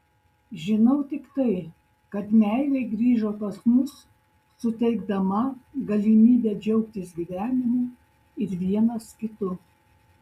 žinau tik tai kad meilė grįžo pas mus suteikdama galimybę džiaugtis gyvenimu ir vienas kitu